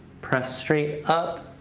press straight up.